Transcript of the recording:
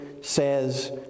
says